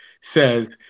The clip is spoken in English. says